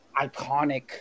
iconic